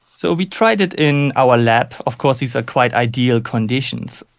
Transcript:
so we tried it in our lab. of course these are quite ideal conditions.